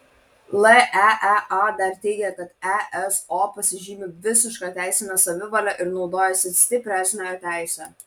leea dar teigia kad eso pasižymi visiška teisine savivale ir naudojasi stipresniojo teise